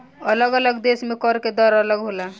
अलग अलग देश में कर के दर अलग होला